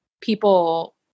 people